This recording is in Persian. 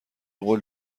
قول